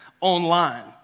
online